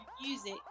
music